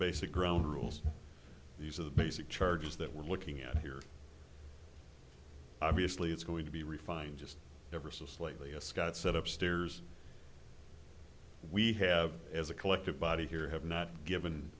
basic ground rules these are the basic charges that we're looking at here obviously it's going to be refined just ever so slightly as scott set up stairs we have as a collective body here have not given